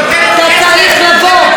אתה צריך לבוא,